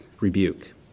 rebuke